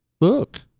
look